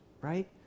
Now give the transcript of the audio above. right